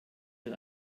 mit